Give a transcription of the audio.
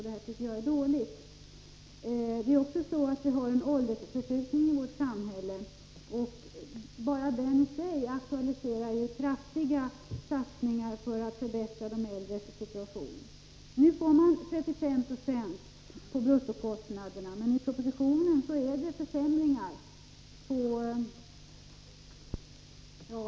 Detta tycker jag är dåligt. Vi har också en åldersförskjutning i vårt samhälle. Bara den aktualiserar kraftiga satsningar för en förbättring av de äldres situation. Nu ersätts kommunerna för 35 96 av sina bruttokostnader, men propositionen innebär försämringar.